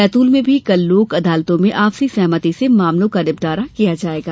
बैतूल में भी कल लोक अदालतों में आपसी सहमति से मामलों का निपटरा किया जायेगा